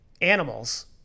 animals